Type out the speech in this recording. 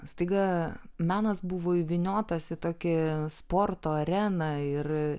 staiga menas buvo įvyniotas į tokį sporto areną ir